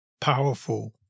powerful